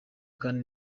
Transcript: kana